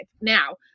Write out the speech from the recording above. Now